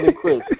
Chris